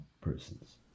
persons